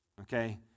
Okay